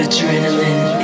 Adrenaline